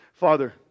Father